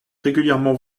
régulièrement